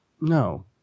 No